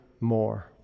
more